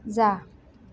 जा